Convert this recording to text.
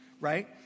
right